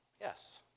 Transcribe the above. yes